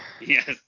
Yes